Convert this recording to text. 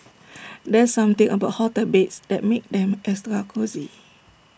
there's something about hotel beds that makes them extra cosy